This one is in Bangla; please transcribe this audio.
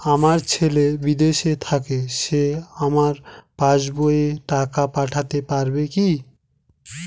আমার ছেলে বিদেশে থাকে সে আমার পাসবই এ টাকা পাঠাতে পারবে কি?